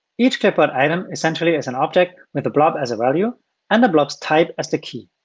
each clipboard item essentially is an object with a blob as a value and the blob's type as the key.